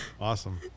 Awesome